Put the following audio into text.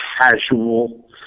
casual